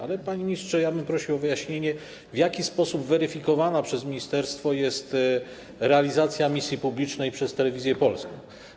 Ale, panie ministrze, ja bym prosił o wyjaśnienie, w jaki sposób jest weryfikowana przez ministerstwo realizacja misji publicznej przez Telewizję Polską.